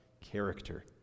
character